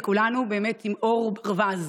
וכולנו היינו עם עור ברווז.